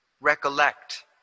recollect